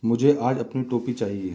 मुझे आज अपनी टोपी चाहिए